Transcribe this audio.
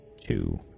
two